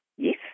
Yes